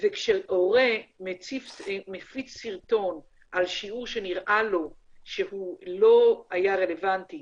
וכשהורה מפיץ סרטון על שיעור שנראה לו שהוא לא היה רלוונטי